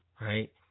right